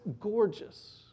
gorgeous